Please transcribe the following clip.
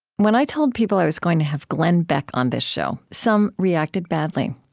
when i told people i was going to have glenn beck on this show, some reacted badly.